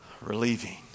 relieving